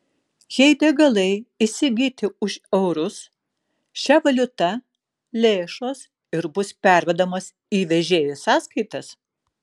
jei degalai įsigyti už eurus šia valiuta lėšos ir bus pervedamos į vežėjų sąskaitas